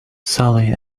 sally